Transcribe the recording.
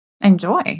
enjoy